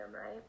right